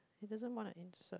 it doesn't wanna insert